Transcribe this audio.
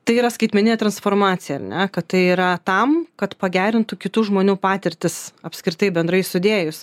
tai yra skaitmeninė transformacija ar ne kad tai yra tam kad pagerintų kitų žmonių patirtis apskritai bendrai sudėjus